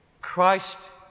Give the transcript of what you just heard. Christ